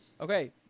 Okay